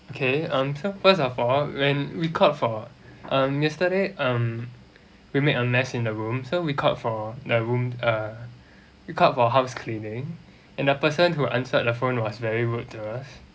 okay um so first of all when we called for um yesterday um we make a mess in the room so we called for the room uh we called for house cleaning and the person who answered the phone was very rude to us